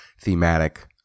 thematic